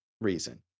reason